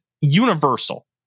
universal